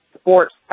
sports